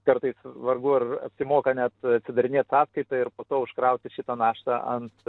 kartais vargu ar apsimoka net atsidarinėt sąskaitą ir po to užkrauti šitą naštą ant